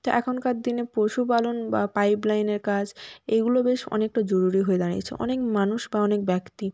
তো এখনকার দিনে পশুপালন বা পাইপলাইনের কাজ এইগুলো বেশ অনেকটা জরুরি হয়ে দাঁড়িয়েছে অনেক মানুষ বা অনেক ব্যক্তি